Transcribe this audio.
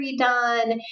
redone